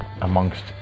amongst